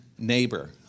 neighbor